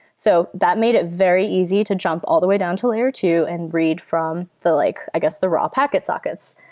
so that made it very easy to jump all the way down to layer two and read from like i guess the raw packet sockets.